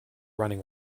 running